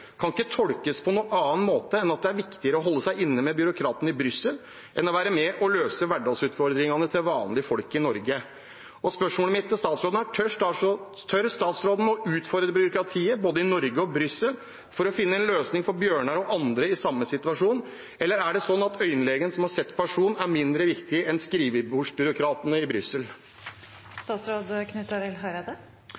kan ikke tolkes på noen annen måte enn at det er viktigere å holde seg inne med byråkratene i Brussel enn å være med på å løse hverdagsutfordringene for vanlige folk i Norge. Spørsmålet mitt til statsråden er: Tør statsråden å utfordre byråkratiet, både i Norge og i Brussel, for å finne en løsning for Bjørnar og andre i samme situasjon, eller er det sånn at øyelegen, som har sett personen, er mindre viktig enn skrivebordsbyråkratene i Brussel?